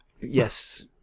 Yes